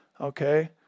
Okay